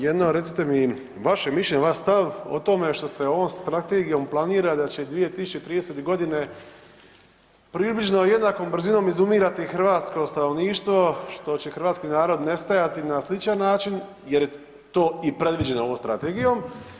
Jedno je recite mi vaše mišljenje, vaš stav o tome što se ovom strategijom planira da će 2030. godine približno jednakom brzinom izumirati hrvatsko stanovništvo, što će Hrvatski narod nestajati na sličan način jer je to i predviđeno ovom strategijom.